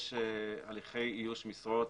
יש הליכי איוש משרות